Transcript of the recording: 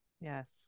Yes